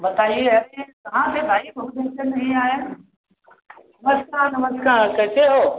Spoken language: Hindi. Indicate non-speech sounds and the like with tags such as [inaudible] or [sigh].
बताइए [unintelligible] कहाँ थे भाई बहुत दिन से नहीं आए नमस्कार नमस्कार कैसे हो